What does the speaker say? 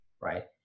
right